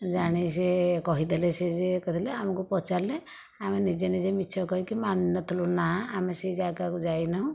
ଜାଣି ସିଏ କହିଦେଲେ ସେ ଯିଏ କହିଦେଲେ ଆମକୁ ପଚାରିଲେ ଆମେ ନିଜେ ନିଜେ ମିଛ କହିକି ମାନୁ ନଥିଲୁ ନା ଆମେ ସେଇ ଜାଗାକୁ ଯାଇନାହୁଁ